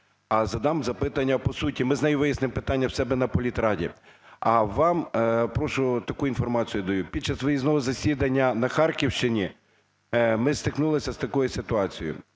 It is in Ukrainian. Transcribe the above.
а задам запитання по суті. Ми з нею вияснимо питання у себе на політраді. А вам, прошу, таку інформацію даю. Під час виїзного засідання на Харківщині ми стикнулися з такою ситуацією.